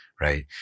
Right